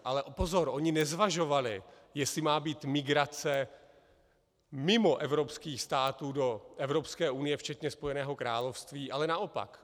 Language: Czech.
Ale pozor, oni nezvažovali, jestli má být migrace mimoevropských států do Evropské unie včetně Spojeného království, ale naopak.